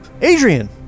Adrian